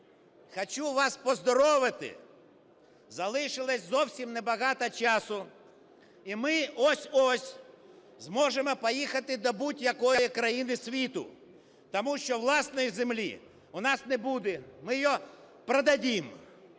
хочу вас поздоровити, залишилося зовсім небагато часу і ми ось-ось зможемо поїхати до будь-якої країни світу, тому що власної землі у нас не буде – мы ее продадим.